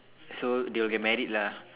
so they will get married lah